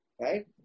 right